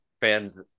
fans